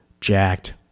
Jacked